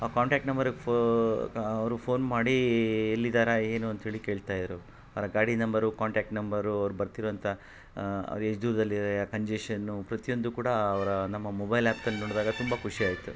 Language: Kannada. ಆ ಕಾಂಟ್ಯಾಕ್ಟ್ ನಂಬರಿಗೆ ಫೋ ಅವರು ಫೋನ್ ಮಾಡಿ ಎಲ್ಲಿದ್ದಾರೆ ಏನು ಅಂತ್ಹೇಳಿ ಕೇಳ್ತಾಯಿದ್ರು ಅವರ ಗಾಡಿ ನಂಬರು ಕಾಂಟ್ಯಾಕ್ಟ್ ನಂಬರು ಅವ್ರು ಬರ್ತಿರೋಂಥ ಅವ್ರೆಷ್ಟು ದೂರ್ದಲ್ಲಿ ಇದ್ದಾರೆ ಆ ಕಂಜೆಷನು ಪ್ರತಿಯೊಂದು ಕೂಡ ಅವರ ನಮ್ಮ ಮೊಬೈಲ್ ಆ್ಯಪ್ನಲ್ಲಿ ನೋಡಿದಾಗ ತುಂಬ ಖುಷಿಯಾಯ್ತು